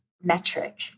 metric